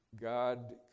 God